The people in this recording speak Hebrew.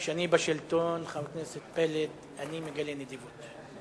כשאני בשלטון, חבר הכנסת פלד, אני מגלה נדיבות.